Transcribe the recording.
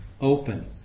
open